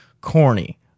corny